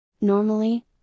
Normally